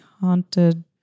Haunted